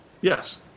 yes